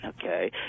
okay